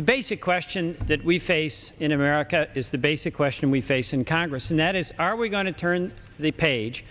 the basic question that we face in america is the basic question we face in congress net is are we going to turn the page